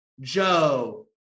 Joe